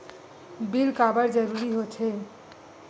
Bill काबर जरूरी होथे?